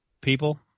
people